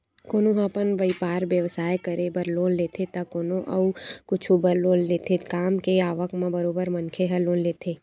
कोनो ह अपन बइपार बेवसाय करे बर लोन लेथे त कोनो अउ कुछु बर लोन लेथे काम के आवक म बरोबर मनखे ह लोन लेथे